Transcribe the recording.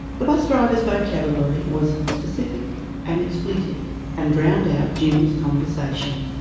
the bus driver's vocabulary was specific and expletive and drowned out jim's conversation.